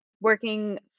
working